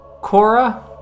Cora